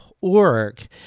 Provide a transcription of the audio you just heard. org